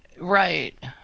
right